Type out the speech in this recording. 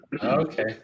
Okay